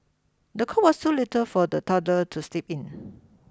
the cot was too little for the toddler to sleep in